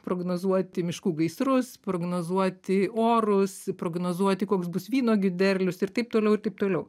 prognozuoti miškų gaisrus prognozuoti orus prognozuoti koks bus vynuogių derlius ir taip toliau ir taip toliau